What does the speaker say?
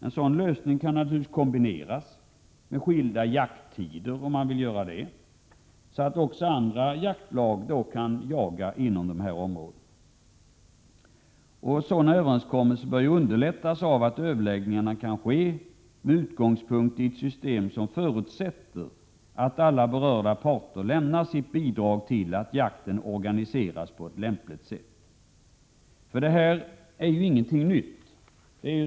En sådan lösning kan naturligtvis kombineras med skilda jakttider, om man vill ha det, så att också andra jaktlag kan jaga inom samma område. Sådana överenskommelser bör underlättas av att överläggningarna kan ske med utgångspunkt i ett system som förutsätter att alla berörda parter bidrar till att jakten organiseras på ett lämpligt sätt. Detta är ju ingenting nytt.